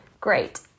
great